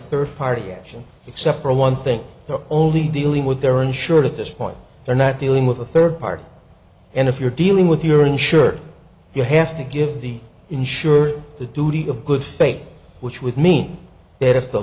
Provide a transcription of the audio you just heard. third party action except for one thing only dealing with their insurer at this point they're not dealing with a third party and if you're dealing with your insurer you have to give the insured the duty of good faith which would mean that if the